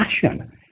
passion